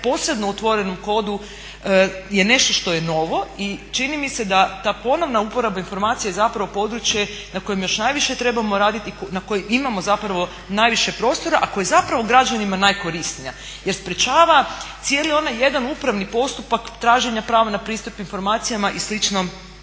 posebno otvorenom kodu je nešto što je novo i čini mi se da ta ponovna uporaba informacija je zapravo područje na kojem još najviše trebamo raditi i na kojem imamo zapravo najviše prostora, a koji je zapravo građanima najkorisnije. Jer sprečava cijeli onaj jedan upravni postupak traženja prava na pristup informacijama i sličnom,